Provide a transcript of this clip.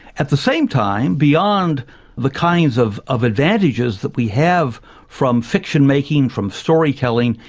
at the same time, beyond the kinds of of advantages that we have from fiction-making, from storytelling,